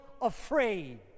afraid